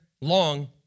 long